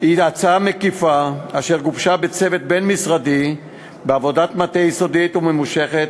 היא הצעה מקיפה אשר גובשה בצוות בין-משרדי בעבודת מטה יסודית וממושכת.